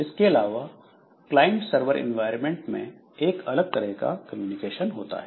इसके अलावा client server environment में एक अलग तरह का कम्युनिकेशन होता है